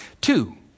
Two